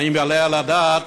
האם יעלה על הדעת,